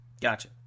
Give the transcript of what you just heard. Gotcha